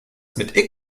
mit